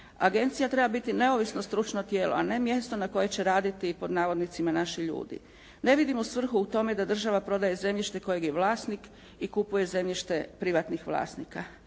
Agencija treba biti neovisno stručno tijelo, a ne mjesto na kojem će raditi "naši ljudi". Ne vidimo svrhu u tome da država prodaje zemljište kojeg je vlasnik i kupuje zemljište privatnih vlasnika.